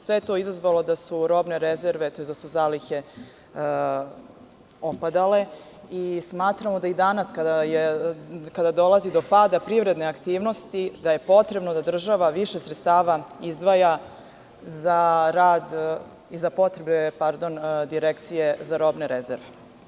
Sve je to izazvalo da su robne rezerve, tj. zalihe opadale i smatramo da je danas, kada dolazi do pada privredne aktivnosti, potrebno da država više sredstava izdvaja za potrebe Direkcije za robne rezerve.